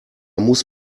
muss